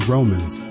Romans